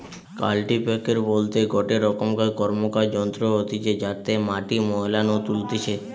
কাল্টিপ্যাকের বলতে গটে রকম র্কমকার যন্ত্র হতিছে যাতে মাটি নু ময়লা তুলতিছে